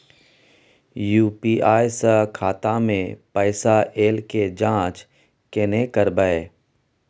UPI स खाता मे पैसा ऐल के जाँच केने करबै?